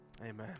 Amen